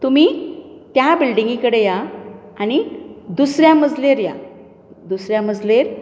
तुमी त्या बिल्डिंगे कडेन या आनी दुसऱ्या मजल्यार या दुसऱ्या मजलेर